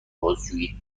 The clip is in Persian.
بازجویی